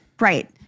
Right